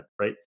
right